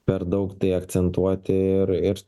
per daug tai akcentuoti ir